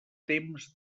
temps